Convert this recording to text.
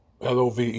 love